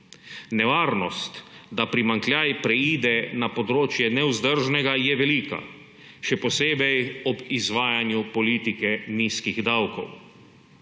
Nevarnost, da primanjkljaj preide na področje nevzdržnega, je velika, še posebej ob izvajanju politike nizkih davkov.